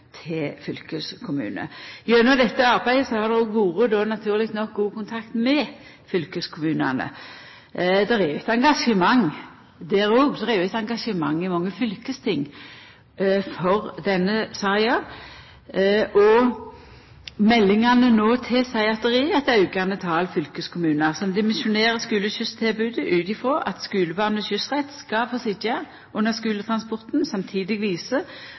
til fylkeskommune. Gjennom dette arbeidet har det vore, naturleg nok, god kontakt med fylkeskommunane. Det er eit engasjement der òg, det er eit engasjement i mange fylkesting for denne saka, og meldingane no tilseier at det er eit aukande tal fylkeskommunar som dimensjonerer skuleskysstilbodet ut frå at skulebarn med skyssrett skal få sitja under skuletransporten. Samtidig viser